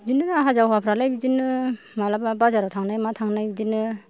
बिदिनो आहा जावा फ्रालाय बिदिनो मालाबा बाजाराव थांनाय मा थांनाय बिदिनो